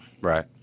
Right